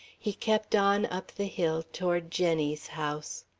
he kept on up the hill toward jenny's house.